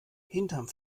hinterm